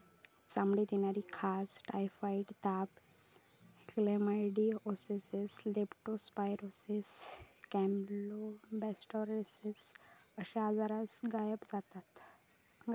चामडीक येणारी खाज, टायफॉइड ताप, क्लेमायडीओसिस, लेप्टो स्पायरोसिस, कॅम्पलोबेक्टोरोसिस अश्ये आजार गायीक जातत